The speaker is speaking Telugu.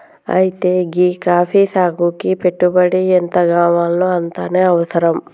అయితే గీ కాఫీ సాగుకి పెట్టుబడి ఎంతగావాల్నో అంతనే అవసరం